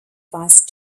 vice